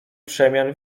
przemian